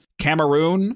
Cameroon